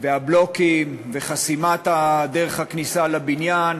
והבלוקים וחסימת דרך הכניסה לבניין